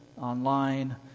online